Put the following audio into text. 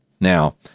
Now